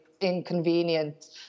inconvenient